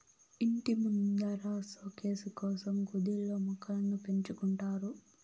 ఇంటి ముందర సోకేసు కోసం కుదిల్లో మొక్కలను పెంచుకుంటారు